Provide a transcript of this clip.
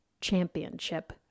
championship